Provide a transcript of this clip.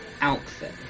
outfit